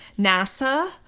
NASA